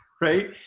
right